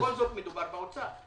בכל זאת מדובר באוצר.